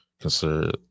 consider